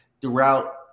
throughout